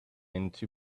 into